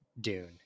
Dune